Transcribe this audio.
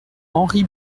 henri